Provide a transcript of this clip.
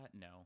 No